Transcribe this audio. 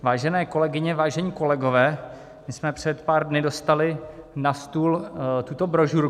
Vážené kolegyně, vážení kolegové, my jsme před pár dny dostali na stůl tuto brožurku.